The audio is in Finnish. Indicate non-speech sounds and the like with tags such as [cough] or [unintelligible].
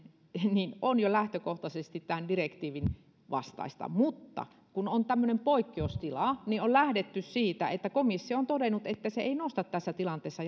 on jo lähtökohtaisesti tämän direktiivin vastaista mutta kun on tämmöinen poikkeustila niin on lähdetty siitä että komissio on todennut että se ei nosta tässä tilanteessa [unintelligible]